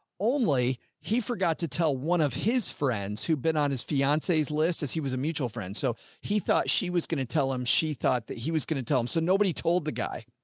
only he forgot to tell one of his friends who've been on his fiance's list as he was a mutual friend, so he thought she was going to tell him she thought that he was going to tell him. so nobody told the guy.